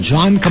John